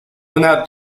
una